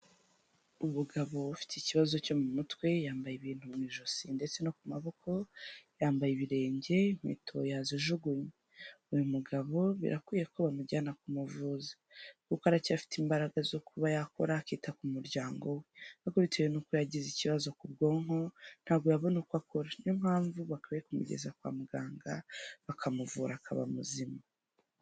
Umugabo ufite ikibazo cyo mu mutwe, yambaye ibintu mu ijosi ndetse no ku maboko, yambaye ibirenge nkweto yazijugunye. Uyu mugabo birakwiye ko bamujyana kumuvuza. Kuko aracyafite imbaraga zo kuba yakora akita ku muryango we. Kuko bitewe n'uko yagize ikibazo ku bwonko, ntabwo yabona uko akora. Niyo mpamvu bakwiye kumugeza kwa muganga, bakamuvura akaba muzima.